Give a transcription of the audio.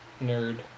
nerd